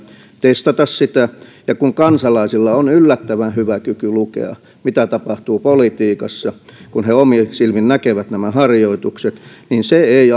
testata sitä ja kun kansalaisilla on yllättävän hyvä kyky lukea mitä tapahtuu politiikassa niin kun he omin silmin näkevät nämä harjoitukset se ei